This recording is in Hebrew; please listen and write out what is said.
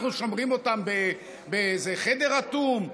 אנחנו שומרים אותם באיזה חדר אטום?